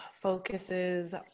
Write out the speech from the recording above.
focuses